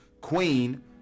queen